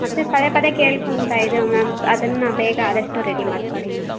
ಮತ್ತೆ ಪದೆ ಪದೆ ಕೇಳ್ಕೊತಾ ಇದ್ದೇವೆ ಮ್ಯಾಮ್ ಅದನ್ನು ಬೇಗ ಅದಷ್ಟು ರೆಡಿ ಮಾಡಿಕೊಡಿ ಮ್ಯಾಮ್